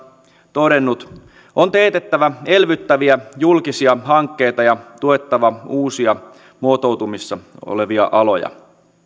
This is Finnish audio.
todennut on teetettävä elvyttäviä julkisia hankkeita tuettava uusia muotoutumassa olevia aloja